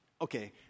Okay